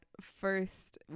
first